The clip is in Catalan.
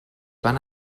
van